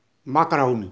मक्क राऊनी